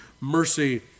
mercy